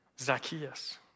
Zacchaeus